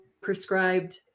prescribed